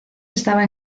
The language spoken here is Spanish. estaba